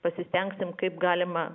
pasistengsime kaip galima